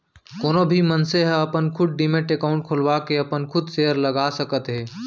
कोनो भी मनसे ह अपन खुद डीमैट अकाउंड खोलवाके अपन खुद सेयर लगा सकत हे